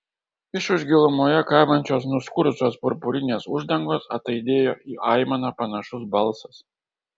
iš už gilumoje kabančios nuskurusios purpurinės uždangos ataidėjo į aimaną panašus balsas